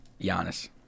Giannis